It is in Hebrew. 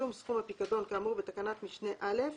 תשלום סכום הפיקדון כאמור בתקנת משנה (א)